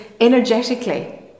energetically